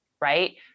right